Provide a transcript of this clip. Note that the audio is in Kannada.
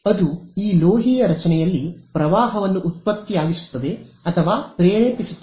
ಅದು ಈ ಲೋಹೀಯ ರಚನೆಯಲ್ಲಿ ಪ್ರವಾಹವನ್ನು ಉತ್ಪತ್ತಿಯಾಗಿಸುತ್ತದೆ ಅಥವಾ ಪ್ರೇರೇಪಿಸುತ್ತದೆ